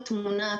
כל תמונה,